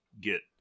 get